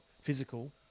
physical